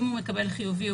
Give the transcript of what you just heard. אם הוא מקבל חיובי,